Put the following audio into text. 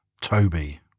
Toby